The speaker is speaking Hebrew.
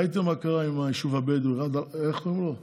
ראיתם מה קרה עם היישוב הבדואי, איך קוראים לו?